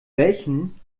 welchen